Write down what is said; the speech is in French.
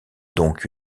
donc